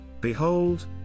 Behold